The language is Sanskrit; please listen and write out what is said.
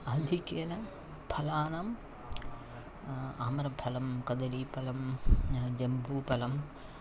आधिक्येन फलानाम् आम्रफलं कदलीफलं जेम्बूफलम्